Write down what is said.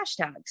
hashtags